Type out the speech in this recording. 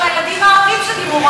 של הילדים הערבים שדיברו,